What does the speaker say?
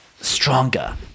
stronger